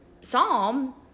psalm